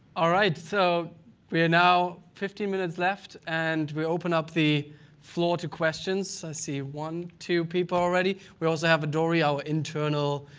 all right, so we and have fifteen minutes left, and we open up the floor to questions. i see one, two people already. we also have a dory, our internal